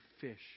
fish